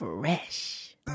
Fresh